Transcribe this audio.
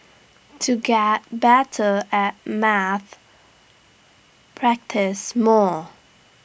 to get better at maths practise more